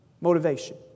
motivation